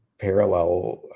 parallel